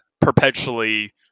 perpetually